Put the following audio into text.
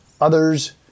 others